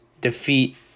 defeat